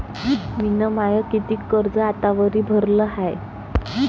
मिन माय कितीक कर्ज आतावरी भरलं हाय?